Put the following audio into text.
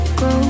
go